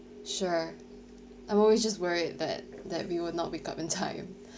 sure I'm always just worried that that we will not wake up in time